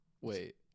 Wait